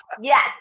Yes